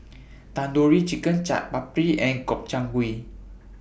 Tandoori Chicken Chaat Papri and Gobchang Gui